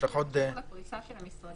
זה קשור לפריסה של המשרדים.